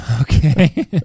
Okay